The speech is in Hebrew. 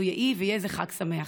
לו יהי ויהיה זה חג שמח.